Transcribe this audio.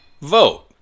vote